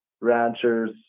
ranchers